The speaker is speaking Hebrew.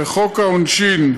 "בחוק העונשין,